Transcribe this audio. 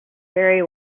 very